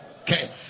Okay